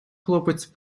хлопець